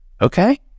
Okay